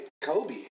Kobe